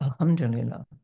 Alhamdulillah